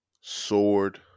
Sword